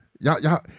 Y'all